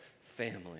family